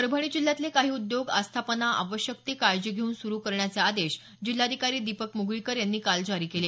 परभणी जिल्ह्यातले काही उद्योग आस्थापना आवश्यक ती काळजी घेऊन सुरु करण्याचे आदेश जिल्हाधिकारी दिपक मुगळीकर यांनी काल जारी केले